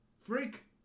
Freak